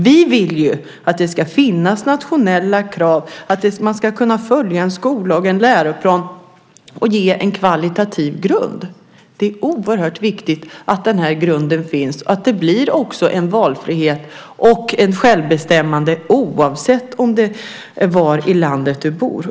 Vi vill att det ska finnas nationella krav och att man ska kunna följa en skollag och en läroplan och ge en kvalitativ grund. Det är oerhört viktigt att den grunden finns och att det också blir en valfrihet och ett självbestämmande, oavsett var i landet du bor.